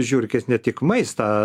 žiurkės ne tik maistą